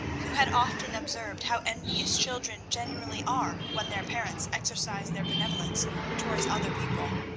who had often observed how envious children generally are when their parents exercise their benevolence towards other people,